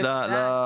בוודאי,